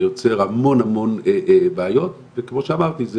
זה יוצר המון המון בעיות וכמו שאמרתי,